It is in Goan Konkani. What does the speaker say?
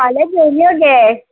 फाल्यां घेवन यो गे